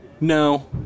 No